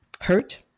hurt